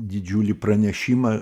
didžiulį pranešimą